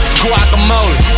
guacamole